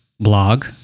blog